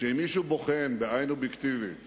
שאם מישהו בוחן בעין אובייקטיבית